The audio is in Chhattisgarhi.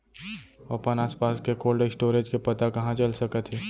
अपन आसपास के कोल्ड स्टोरेज के पता कहाँ चल सकत हे?